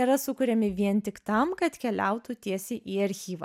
yra sukuriami vien tik tam kad keliautų tiesiai į archyvą